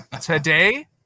today